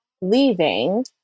leaving